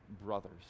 brothers